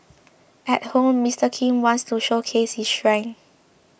at home Mister Kim wants to showcase his strength